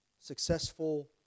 successful